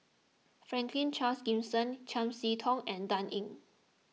Franklin Charles Gimson Chiam See Tong and Dan Ying